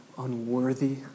unworthy